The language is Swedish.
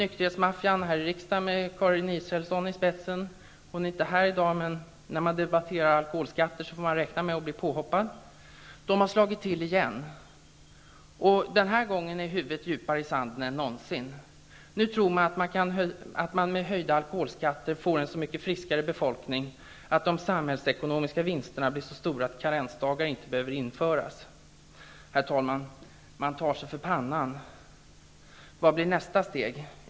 Israelsson i spetsen -- hon är inte här i dag, men när man debatterar alkoholskatter får man räkna med att bli påhoppad -- har slagit till igen. Den här gången är huvudet djupare i sanden än någonsin. Nu tror man att man med höjda alkoholskatter får en så mycket friskare befolkning att de samhällsekonomiska vinsterna blir så stora att karensdagar inte behöver införas. Herr talman! Man tar sig för pannan. Vad blir nästa steg?